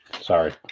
Sorry